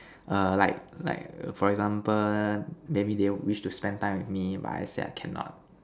err like like for example maybe they wish to spend time with me but I said I cannot